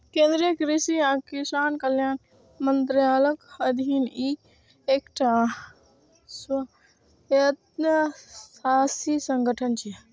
केंद्रीय कृषि आ किसान कल्याण मंत्रालयक अधीन ई एकटा स्वायत्तशासी संगठन छियै